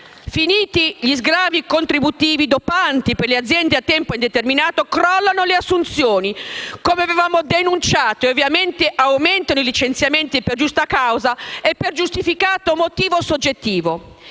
Finiti gli sgravi contributivi dopanti per le assunzioni a tempo indeterminato crollano le assunzioni come avevamo denunciato, e ovviamente aumentano i licenziamenti "per giusta causa e per giustificato motivo soggettivo".